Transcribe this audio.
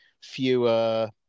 fewer